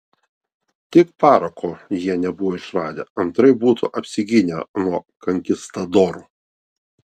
tik parako jie nebuvo išradę antraip būtų apsigynę nuo konkistadorų